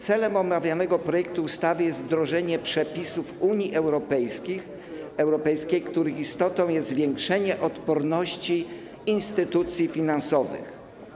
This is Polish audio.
Celem omawianego projektu ustawy jest wdrożenie przepisów Unii Europejskiej, których istotą jest zwiększenie odporności instytucji finansowych.